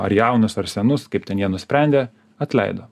ar jaunus ar senus kaip ten jie nusprendė atleido